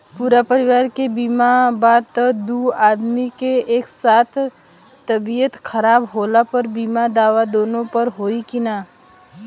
पूरा परिवार के बीमा बा त दु आदमी के एक साथ तबीयत खराब होला पर बीमा दावा दोनों पर होई की न?